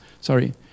sorry